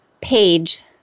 page